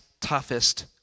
toughest